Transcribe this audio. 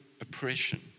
oppression